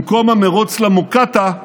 במקום המרוץ למוקטעה,